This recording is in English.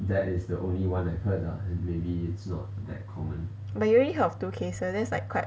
but you already heard of two cases that is like quite